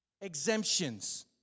exemptions